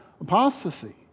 apostasy